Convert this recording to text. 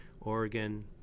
Oregon